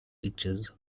pictures